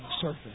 surface